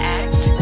act